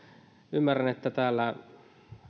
ymmärrän että täällä